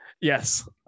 Yes